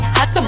Hot